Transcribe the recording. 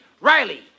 Riley